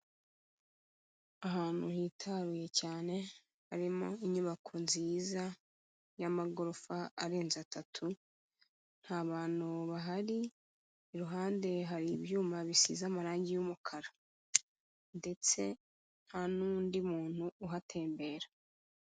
Ahantu hitaruye cyane harimo inyubako nziza y'amagorofa arenze atatu, nta bantu bahari, iruhande hari ibyuma bisize amarangi y'umukara, ndetse nta n'undi muntu uhatembera.